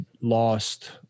lost